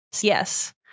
Yes